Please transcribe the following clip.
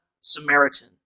Samaritan